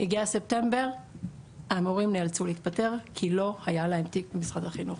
הגיע ספטמבר המורים נאלצו להתפטר כי לא היה להם תיק במשרד החינוך.